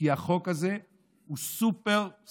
כי החוק הזה הוא סופר-סופר-מורכב.